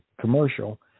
commercial